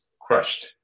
crushed